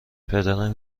پدرم